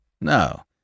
No